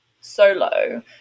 solo